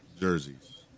jerseys